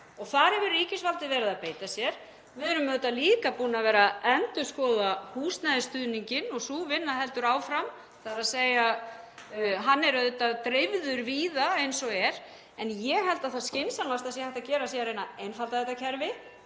og þar hefur ríkisvaldið verið að beita sér. Við erum auðvitað líka búin að vera að endurskoða húsnæðisstuðninginn og sú vinna heldur áfram, þ.e. hann er auðvitað dreifður víða eins og er, en ég held að það skynsamlegasta sem hægt sé að gera sé að reyna að einfalda þetta kerfi.